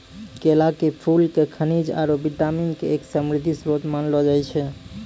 केला के फूल क खनिज आरो विटामिन के एक समृद्ध श्रोत मानलो जाय छै